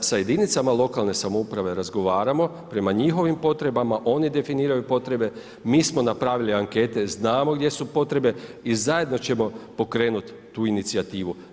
sa jedinicama lokalne samouprave razgovaramo, prema njihovim potrebama, oni definiraju potrebe, mi smo napravili ankete, znamo gdje su potrebe i zajedno ćemo pokrenuti tu inicijativu.